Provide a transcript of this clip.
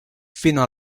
fino